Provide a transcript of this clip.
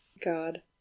god